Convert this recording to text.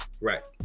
Right